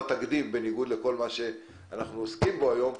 בניגוד לכל מה שאנחנו עוסקים בו היום,